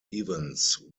evans